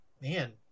man